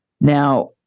Now